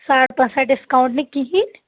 ساڑ پانٛژھ ہَتھ ڈِسکاوٛنٹ نہٕ کِہیٖنۍ